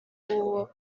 w’uwo